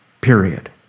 Period